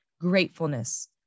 Gratefulness